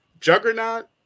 juggernaut